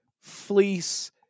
fleece